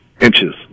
inches